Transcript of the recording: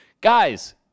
Guys